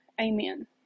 amen